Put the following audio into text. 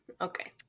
Okay